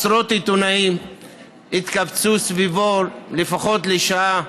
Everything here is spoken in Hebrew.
עשרות עיתונאים התקבצו סביבו לפחות לשעה